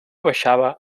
baixava